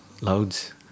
loads